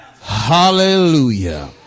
Hallelujah